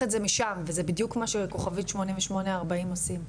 את זה משם וזה בדיוק מה ש- *8840 עושים.